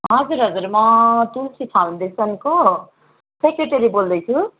हजुर हजुर म तुलसी फाउन्डेसनको सेक्रेटेरी बोल्दैछु